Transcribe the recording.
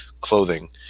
clothing